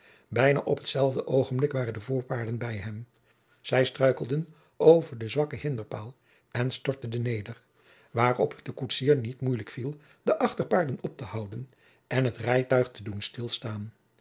bijna op hetzelfde oogenblik waren de voorpaarden bij hem zij struikelden over den zwakken hinderpaal en storteden neder waarop het den koetsier niet moeilijk viel de achterpaarden op te houden en het rijtuig te doen stilstaan